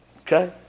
Okay